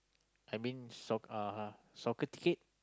I mean soc~ uh soccer ticket